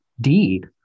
deed